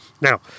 Now